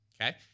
Okay